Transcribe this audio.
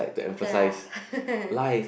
okay lah